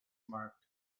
marked